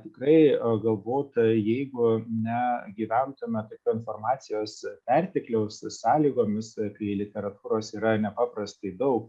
tikrai galbūt jeigu ne gyventojų matyta informacijos pertekliaus sąlygomis kai literatūros yra nepaprastai daug